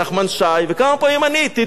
תיתנו שקיפות, אין לי טענות.